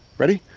ready?